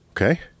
okay